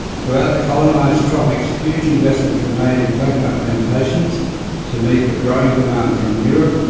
throughout the colonised tropics huge investments were made in coconut plantations to meet the growing demand from europe,